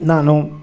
ನಾನು